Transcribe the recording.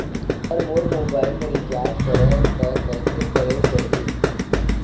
अगर मोर मोबाइल मे रिचार्ज कराए त कैसे कराए पड़ही?